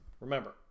Remember